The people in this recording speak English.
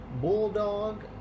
Bulldog